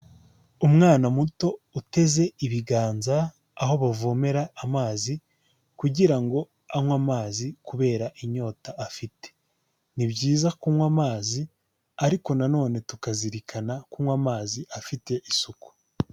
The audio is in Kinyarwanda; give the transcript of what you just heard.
Umwana muto uteze ibiganza aho bavomera amazi kugira ngo anywe amazi kubera inyota afite, ni byiza kunywa amazi ariko nanone tukazirikana kunywa amazi afite isuku.